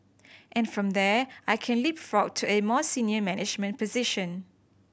and from there I can leapfrog to a more senior management position